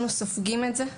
שסופגים את זה,